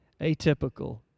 atypical